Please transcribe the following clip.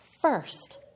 first